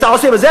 זו